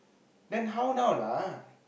then how now lah